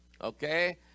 okay